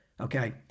Okay